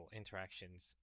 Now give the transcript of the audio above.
interactions